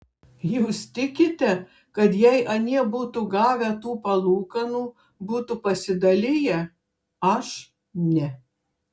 jūs tikite kad jei anie būtų gavę tų palūkanų būtų pasidaliję aš ne